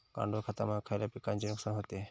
गांडूळ खतामुळे खयल्या पिकांचे नुकसान होते?